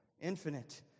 Infinite